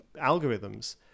algorithms